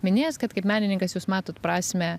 minėjęs kad kaip menininkas jūs matot prasmę